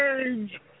change